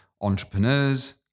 entrepreneurs